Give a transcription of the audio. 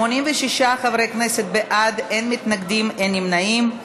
86 חברי כנסת בעד, אין מתנגדים, אין נמנעים.